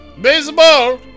Baseball